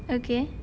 okay